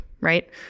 right